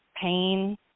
pain